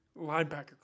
linebacker